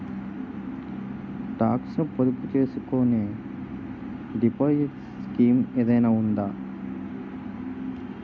Talks ను పొదుపు చేసుకునే డిపాజిట్ స్కీం ఏదైనా ఉందా?